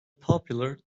popular